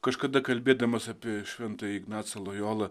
kažkada kalbėdamas apie šventąjį ignacą lojolą